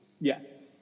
Yes